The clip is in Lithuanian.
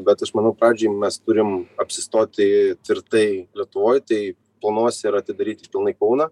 bet aš manau pradžioj mes turim apsistoti tvirtai lietuvoj tai planuose yra atidaryti pilnai kauną